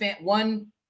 one